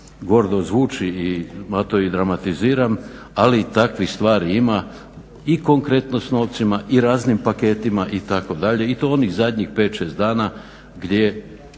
gordo zvuči i malo to i dramatiziram, ali takvih stvari ima i konkretno s novcima i raznim paketima itd. i to onih zadnjih 5-6 dana gdje